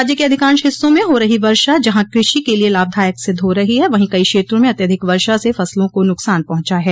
राज्य के अधिकांश हिस्सों में हो रही वर्षा जहां कृषि के लिए लाभदायक सिद्ध हो रही है वहीं कई क्षेत्रों में अत्यधिक वर्षा से फसलों को नुकसान पहुंचा है